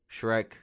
Shrek